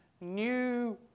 new